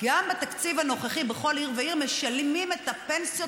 גם בתקציב הנוכחי בכל עיר ועיר משלמים את הפנסיות